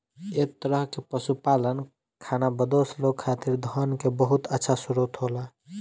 एह तरह के पशुपालन खानाबदोश लोग खातिर धन के बहुत अच्छा स्रोत होला